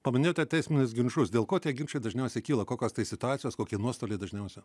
paminėjote teisminius ginčus dėl ko tie ginčai dažniausiai kyla kokios tai situacijos kokie nuostoliai dažniausia